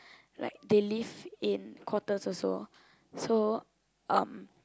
like they live in quarters also so um